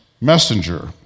messenger